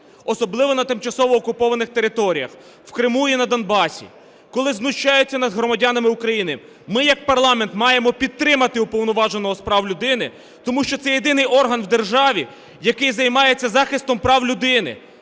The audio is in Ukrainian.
особливо на тимчасово окупованих територіях, в Криму і на Донбасі, коли знущаються над громадянами України, ми як парламент маємо підтримати Уповноваженого з прав людини, тому що це єдиний орган в державі, який займається захистом прав людини.